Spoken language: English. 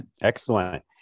Excellent